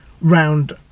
round